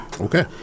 Okay